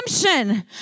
redemption